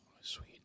sweet